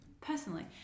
personally